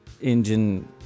engine